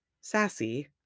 sassy